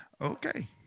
Okay